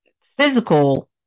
physical